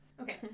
Okay